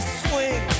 swing